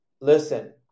Listen